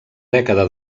dècada